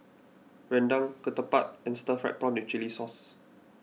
Rendang Ketupat and Stir Fried Prawn with Chili Sauce